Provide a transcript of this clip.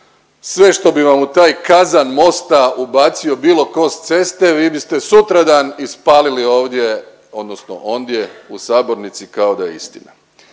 sve što bi vam u taj kazan Mosta ubacio bilo tko s ceste, vi biste sutradan ispalili ovdje, odnosno ondje u sabornici kao da je istina